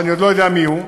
שאני עוד לא יודע מי הוא,